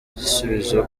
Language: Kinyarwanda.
igisubizo